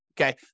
Okay